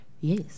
yes